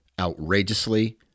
outrageously